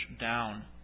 down